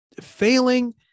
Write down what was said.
failing